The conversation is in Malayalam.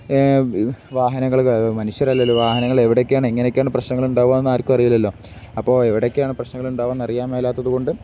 വാഹനങ്ങള് മനുഷ്യരല്ലല്ലോ വാഹനങ്ങളില് എവിടെയൊക്കെയാണ് എങ്ങനെയൊക്കെയാണു പ്രശ്നങ്ങളുണ്ടാവുകയെന്ന് ആർക്കും അറിയില്ലല്ലോ അപ്പോള് എവിടെയൊക്കെയാണു പ്രശ്നങ്ങള് ഉണ്ടാവുകയെന്ന് അറിയാൻമേലാത്തതുകൊണ്ട്